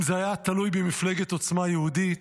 אם זה היה תלוי במפלגת עוצמה יהודית,